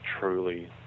truly